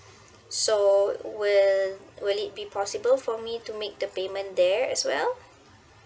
so will will it be possible for me to make the payment there as well